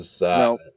No